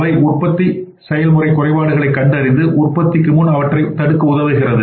அவை உற்பத்தி செயல்முறை குறைபாடுகளை கண்டறிந்து உற்பத்திக்கு முன் அவற்றை தடுக்க உதவுகிறது